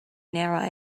narrow